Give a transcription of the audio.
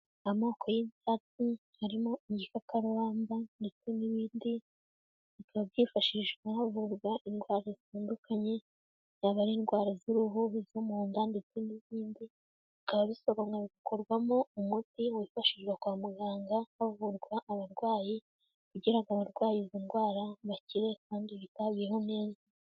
Amoko y'ibyatsi harimo igikakarubamba ndetse n'ibindi, bikaba byifashishwa havurwa indwara zitandukanye, yaba ari indwara z'uruhu, izo mu nda ndetse n'izindi, bikaba bisobanuye bikorwamo umuti wifashishwa kwa muganga, havurwa abarwayi, kugira ngo abarwaye izo ndwara bakire, kandi bitabweho neza.